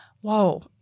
Whoa